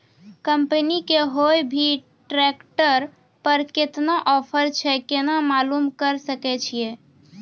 Company के कोय भी ट्रेक्टर पर केतना ऑफर छै केना मालूम करऽ सके छियै?